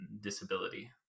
disability